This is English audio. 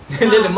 ah